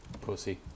Pussy